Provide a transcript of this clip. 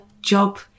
job